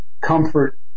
comfort